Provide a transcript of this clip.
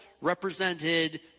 represented